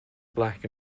black